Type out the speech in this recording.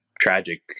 tragic